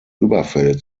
überfälle